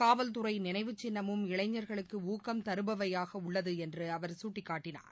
காவல்துறை நினைவுச் சின்னமும் இளைஞர்களுக்கு ஊக்கம் தருபவையாக உள்ளது என்று அவர் கட்டிக்காட்டினார்